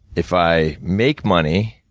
if i make money,